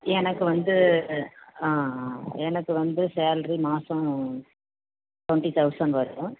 எனக்கு வந்து ஆ எனக்கு வந்து சேல்ரி மாதம் டுவண்ட்டி தௌசண்ட் வரும்